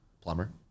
Plumber